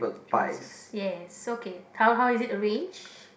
twenty six yes okay how how is it arranged